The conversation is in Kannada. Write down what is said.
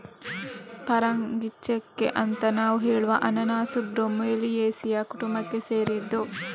ಪರಂಗಿಚೆಕ್ಕೆ ಅಂತ ನಾವು ಹೇಳುವ ಅನನಾಸು ಬ್ರೋಮೆಲಿಯೇಸಿಯ ಕುಟುಂಬಕ್ಕೆ ಸೇರಿದ್ದು